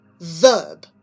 Verb